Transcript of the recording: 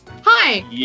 hi